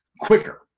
quicker